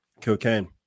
cocaine